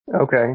Okay